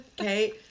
Okay